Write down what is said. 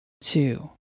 two